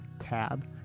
tab